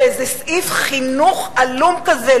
באיזה סעיף חינוך עלום כזה,